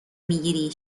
میگیری